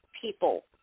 people